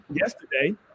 yesterday